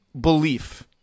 belief